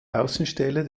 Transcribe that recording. außenstelle